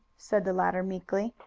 said the latter meekly.